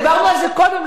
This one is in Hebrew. דיברנו על זה קודם,